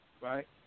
right